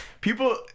people